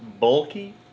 Bulky